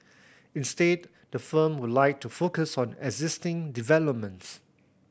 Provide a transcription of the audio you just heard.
instead the firm would like to focus on existing developments